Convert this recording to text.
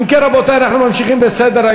אם כן, רבותי, אנחנו ממשיכים בסדר-היום.